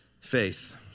faith